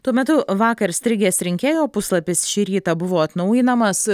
tuo metu vakar strigęs rinkėjo puslapis šį rytą buvo atnaujinamas